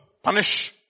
punish